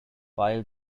pile